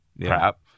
crap